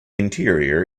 interior